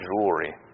jewelry